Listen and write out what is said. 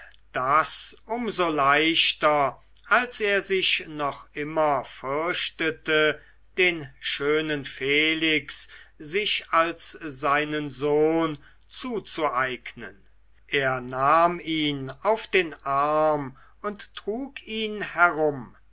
das um so leichter als er sich noch immer fürchtete den schönen felix sich als seinen sohn zuzueignen er nahm ihn auf den arm und trug ihn herum